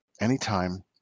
anytime